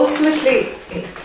Ultimately